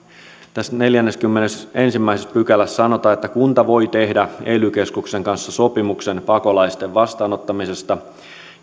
neljännessäkymmenennessäensimmäisessä pykälässä sanotaan että kunta voi tehdä ely keskuksen kanssa sopimuksen pakolaisten vastaanottamisesta